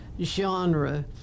genre